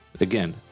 Again